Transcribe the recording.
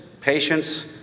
patience